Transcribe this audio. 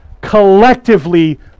collectively